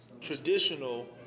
traditional